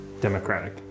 democratic